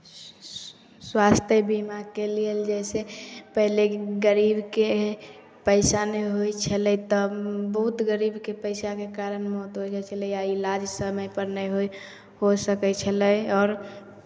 स् स्वास्थ्य बीमाके लेल जइसे पहले गरीबके पैसा नहि होइ छलय तऽ बहुत गरीबके पैसाके कारण मौत हो जाइ छलय या इलाज समयपर नहि होइ हो सकै छलय आओर